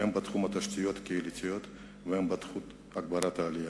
הן בתחום התשתיות הקהילתיות והן בתחום הגברת העלייה.